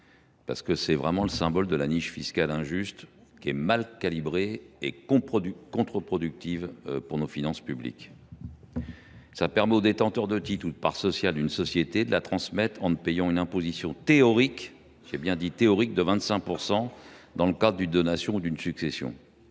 qui est pour nous le symbole de la niche fiscale injuste, mal calibrée et contre productive pour nos finances publiques. En effet, ce dispositif permet aux détenteurs de titres ou de parts sociales d’une société de la transmettre en payant une imposition théorique – j’ai bien dit théorique !– de 25 % dans le cadre d’une donation ou d’une succession.